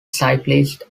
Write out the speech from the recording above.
cyclists